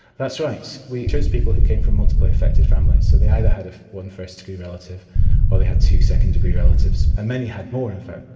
that's right. we chose people who came from multiply-affected families. so they either had one first-degree relative or they had two second-degree relatives and many had more in fact.